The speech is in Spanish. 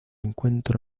encuentro